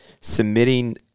submitting